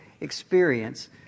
experience